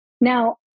Now